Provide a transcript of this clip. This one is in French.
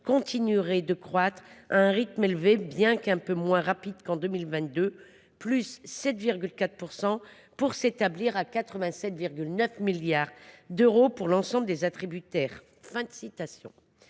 continuerait de croître à un rythme élevé, bien qu’un peu moins rapide qu’en 2022, +7,4 %, pour s’établir à 87,9 milliards d’euros pour l’ensemble des attributaires. »